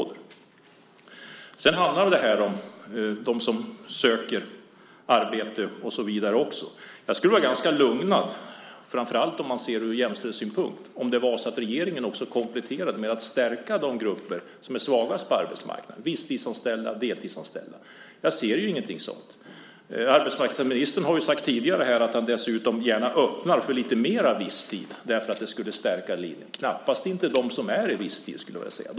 Det handlar också om dem som söker arbete och så vidare. Jag skulle känna mig lugnad, framför allt om man ser det hela från jämställdhetssynpunkt, om regeringen kompletterade genom att stärka de grupper som är svagast på arbetsmarknaden, de visstidsanställda, deltidsanställda. Jag ser ingenting sådant. Arbetsmarknadsministern har tidigare sagt att han gärna skulle vilja öppna för mer visstid eftersom det skulle stärka linjen. Det stärker knappast dem som redan finns i visstidsanställningar.